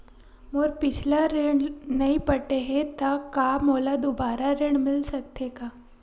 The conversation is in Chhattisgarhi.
मोर पिछला ऋण नइ पटे हे त का मोला दुबारा ऋण मिल सकथे का?